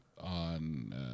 on